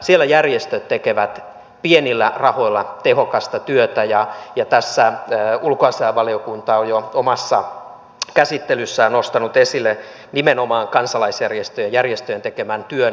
siellä järjestöt tekevät pienillä rahoilla tehokasta työtä ja tässä ulkoasiainvaliokunta on jo omassa käsittelyssään nostanut esille nimenomaan kansalaisjärjestöjen tekemän työn